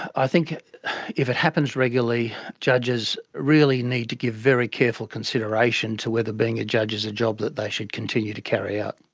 i think if it happens regularly, judges really need to give very careful consideration to whether being a judge is a job that they should continue to carry out.